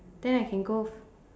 then I can go